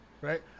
Right